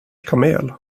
kamel